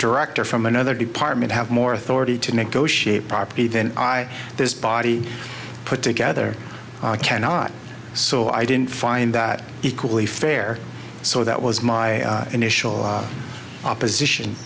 director from another department have more authority to negotiate property than i this body put together i cannot so i didn't find that equally fair so that was my initial opposition